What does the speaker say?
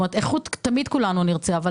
תמיד כולנו נרצה איכות,